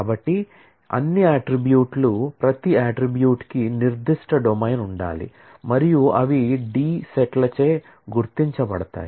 కాబట్టి అన్ని అట్ట్రిబ్యూట్ లు ప్రతి అట్ట్రిబ్యూట్ కి నిర్దిష్ట డొమైన్ ఉండాలి మరియు అవి D సెట్లచే గుర్తించబడతాయి